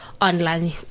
online